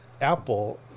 Apple